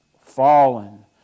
fallen